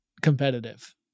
competitive